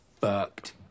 Fucked